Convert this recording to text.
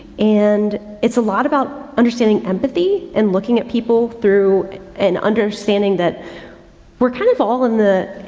and it's a lot about understanding empathy and looking at people through an understanding that we're kind of all in the,